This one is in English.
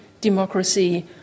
democracy